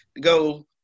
go